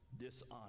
dishonor